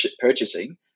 purchasing